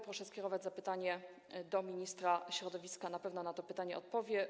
Proszę skierować zapytanie do ministra środowiska, na pewno na to pytanie odpowie.